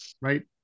right